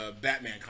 Batman